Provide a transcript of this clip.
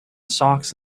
socks